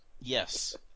yes